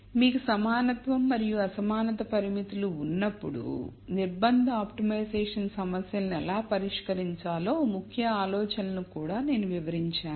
మీకు సమానత్వం మరియు అసమానత పరిమితులు ఉన్నప్పుడు నిర్బంధ ఆప్టిమైజేషన్ సమస్యలను ఎలా పరిష్కరించాలో ముఖ్య ఆలోచనలను కూడా నేను వివరించాను